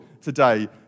today